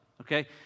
okay